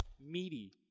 meaty